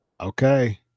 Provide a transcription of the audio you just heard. Okay